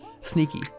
Sneaky